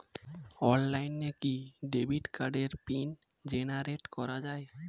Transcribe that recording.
অনলাইনে কি ডেবিট কার্ডের পিন জেনারেট করা যায়?